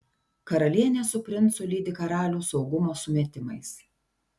karalienė su princu lydi karalių saugumo sumetimais